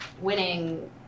winning